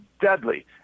deadly